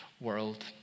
world